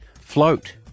float